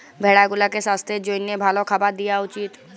ভেড়া গুলাকে সাস্থের জ্যনহে ভাল খাবার দিঁয়া উচিত